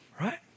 right